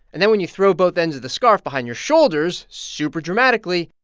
and then when you throw both ends of the scarf behind your shoulders super dramatically,